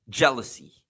jealousy